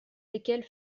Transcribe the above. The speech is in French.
desquels